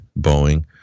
Boeing